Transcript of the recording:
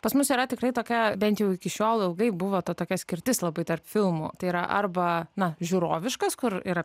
pas mus yra tikrai tokia bent jau iki šiol ilgai buvo ta tokia skirtis labai tarp filmų tai yra arba na žiūroviškas kur yra